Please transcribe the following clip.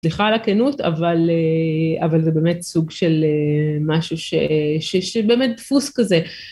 סליחה על הכנות, אבל זה באמת סוג של משהו שבאמת דפוס כזה.